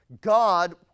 God